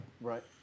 Right